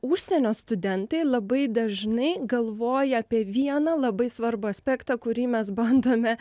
užsienio studentai labai dažnai galvoja apie vieną labai svarbų aspektą kurį mes bandome